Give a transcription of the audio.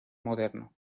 moderno